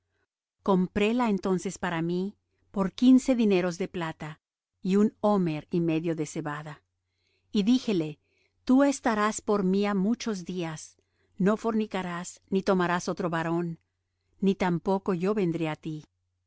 vino compréla entonces para mí por quince dineros de plata y un homer y medio de cebada y díjele tú estarás por mía muchos días no fornicarás ni tomáras otro varón ni tampoco yo vendré á ti